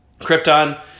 Krypton